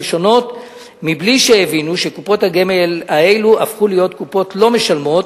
שונות בלי שהבינו שקופות הגמל האלה הפכו להיות קופות לא משלמות